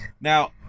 Now